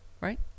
right